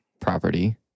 property